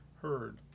heard